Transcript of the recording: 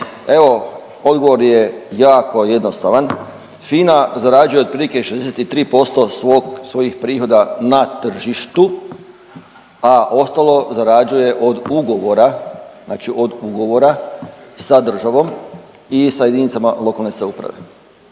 Evo, odgovor je jako jednostavan. FINA zarađuje otprilike 63% svog, svojih prihoda na tržištu, a ostalo zarađuje od ugovora, znači od ugovora sa državom i sa jedinicama lokalne samouprave,